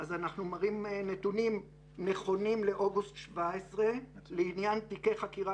אנחנו מראים נתונים נכונים לאוגוסט 17' לעניין תיקי חקירה